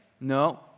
No